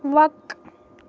وق